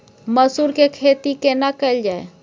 मसूर के खेती केना कैल जाय?